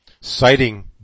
citing